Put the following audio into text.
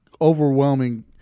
overwhelming